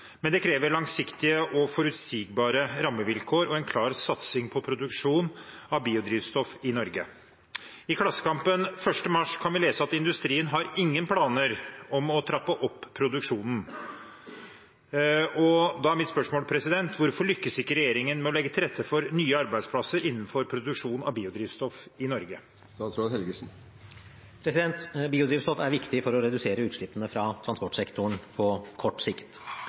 Men det krever langsiktige, forutsigbare rammevilkår og en klar satsing på produksjon av biodrivstoff i Norge. I Klassekampen 1. mars kan vi lese at «industrien har ingen planer om å trappe opp produksjonen». Hvorfor lykkes ikke regjeringen med å legge til rette for nye arbeidsplasser innenfor produksjon av biodrivstoff i Norge?» Biodrivstoff er viktig for å redusere utslippene fra transportsektoren på kort sikt.